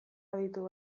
aditu